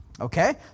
Okay